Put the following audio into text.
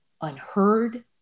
unheard